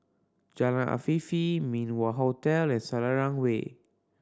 Jalan Afifi Min Wah Hotel and Selarang Way